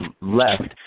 left